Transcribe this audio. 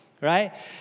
right